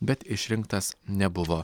bet išrinktas nebuvo